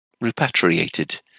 repatriated